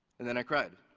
and then i cried.